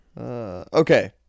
Okay